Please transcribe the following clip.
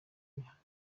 mihanda